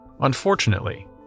Unfortunately